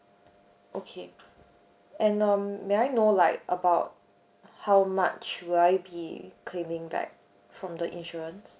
okay and uh may I know like about how much will I be claiming back from the insurance